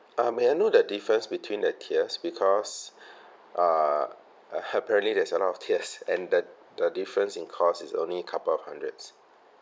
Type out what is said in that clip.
uh may I know the difference between the tiers because err apparently there's a lot of tiers and the the difference in cost is only a couple of hundreds